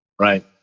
right